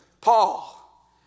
Paul